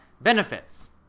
benefits